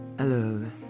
Hello